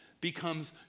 becomes